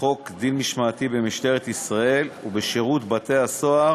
חוק דין משמעתי במשטרת ישראל ובשירות בתי-הסוהר